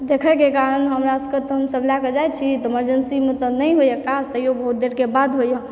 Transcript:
तऽ देखैके कारण हमरा सबके लएके जाइ छी इमर्जेन्सीमे तऽ नहि होइए काज तहियो बहुत देरके बाद होइए